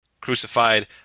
Crucified